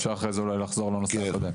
אפשר אולי אחרי זה לחזור לנושא הקודם.